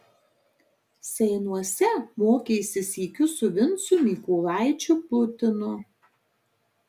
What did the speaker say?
seinuose mokėsi sykiu su vincu mykolaičiu putinu